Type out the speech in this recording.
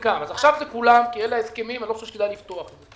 עכשיו זה כולם כי אלה ההסכמים - לא חושב שכדאי לפתוח את זה.